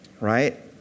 right